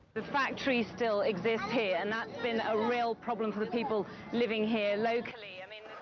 the factory still exists here, and that's been a real problem for the people living here locally. i mean,